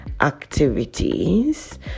activities